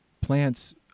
plants